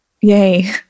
Yay